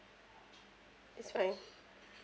it's fine